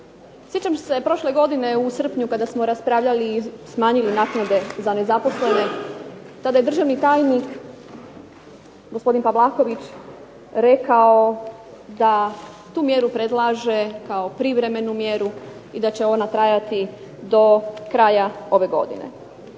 Sjećam se prošle godine u srpnju kada smo raspravljali i smanjili naknade za nezaposlene, tada je državni tajnik gospodin Pavlaković rekao da tu mjeru predlaže kao privremenu mjeru i da će ona trajati do kraja ove godine.